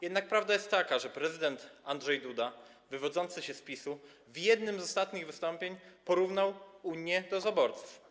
Jednak prawda jest taka, że prezydent Andrzej Duda wywodzący się z PiS-u w jednym z ostatnich wystąpień porównał Unię do zaborców.